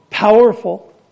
Powerful